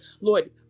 Lord